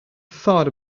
thought